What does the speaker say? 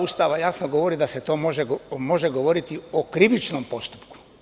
Ustava jasno govori da se to može govoriti o krivičnom postupku.